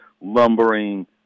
lumbering –